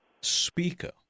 speaker